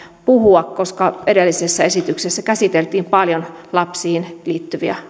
puhua koska edellisessä esityksessä käsiteltiin paljon lapsiin liittyviä